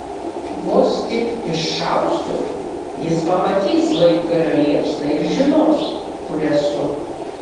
vos tik iššausiu jis pamatys laibgalio liepsną ir žinos kur esu